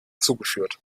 zugeführt